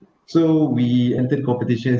so we entered competition